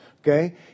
okay